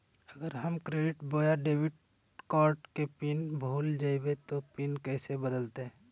अगर हम क्रेडिट बोया डेबिट कॉर्ड के पिन भूल जइबे तो पिन कैसे बदलते?